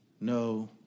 no